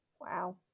Wow